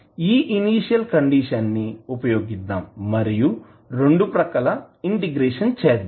ఈ initial condition ని ఉపయోగిద్దాం మరియు రెండు ప్రక్కల ఇంటిగ్రేషన్ చేద్దాం